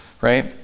right